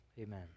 Amen